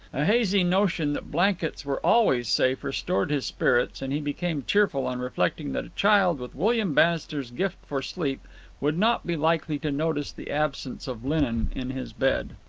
a hazy notion that blankets were always safe restored his spirits, and he became cheerful on reflecting that a child with william bannister's gift for sleep would not be likely to notice the absence of linen in his bed.